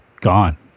gone